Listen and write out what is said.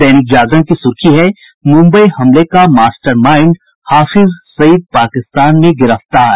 दैनिक जागरण की सुर्खी है मुम्बई हमले का मास्टर माइंड हाफिज सईद पाकिस्तान में गिरफ्तार